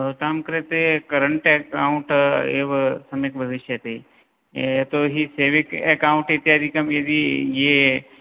भवतां कृते current account एव सम्यक् भविष्यति यतो हि सेविङ्ग् अकौण्ट् इत्यादिकं यदि ये